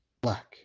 black